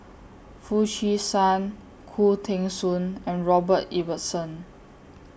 Foo Chee San Khoo Teng Soon and Robert Ibbetson